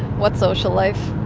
what social life?